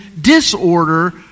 disorder